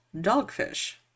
dogfish